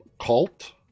Cult